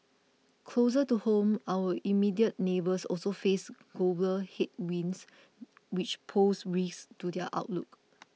closer to home our immediate neighbours also face global headwinds which pose risks to their outlook